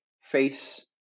face